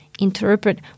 interpret